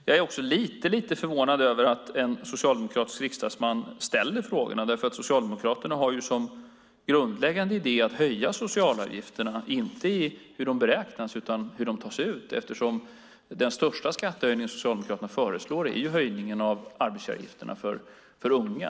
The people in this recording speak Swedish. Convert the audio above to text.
Jag är också lite förvånad över att en socialdemokratisk riksdagsman ställer frågorna, därför att Socialdemokraterna har som grundläggande idé att höja socialavgifterna - inte hur de beräknas utan hur de tas ut. Den största skattehöjning som Socialdemokraterna föreslår är höjningen av arbetsgivaravgifterna för unga.